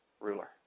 ruler